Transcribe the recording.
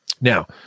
Now